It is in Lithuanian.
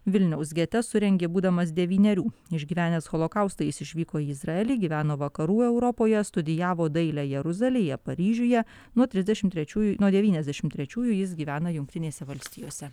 vilniaus gete surengė būdamas devynerių išgyvenęs holokaustą jis išvyko į izraelį gyveno vakarų europoje studijavo dailę jeruzalėje paryžiuje nuo trisdešimt trečiųjų nuo devyniasdešimt trečiųjų jis gyvena jungtinėse valstijose